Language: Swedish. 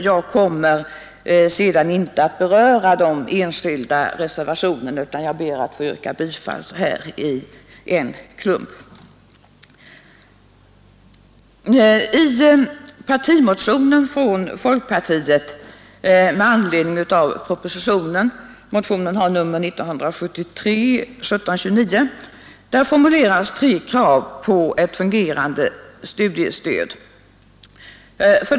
Jag kommer senare inte att gå in på de enskilda reservationerna utan ber att få yrka bifall till ifrågavarande reservationer i klump. I partimotionen från folkpartiet, nr 1729, med anledning av propositionen formuleras tre krav på ett fungerande studiestöd: 1.